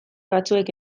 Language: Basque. batzuek